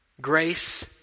Grace